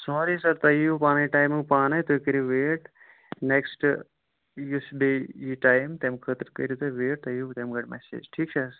sorry sir تۄہہِ یِیو پَنہِ ٹایمہٕ پانے تُہۍ کٔرِو ویٹ نیکسٹ یُس بٚییہِ یہِ ٹایم تمہِ خٲطرٕ کٔرِو تُہۍ ویٹ تۄہہِ یِیو تَمہِ گَرِ میسیج ٹھیٖک چھا حظ